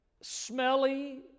smelly